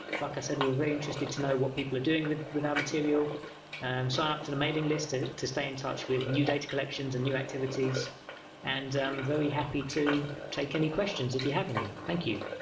like i said we were very interested to know what people are doing with with our material and sign up to a mailing list ah to stay in touch with new data collections and new activities and um very happy to take any questions if you have any thank you